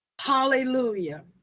Hallelujah